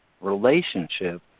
relationship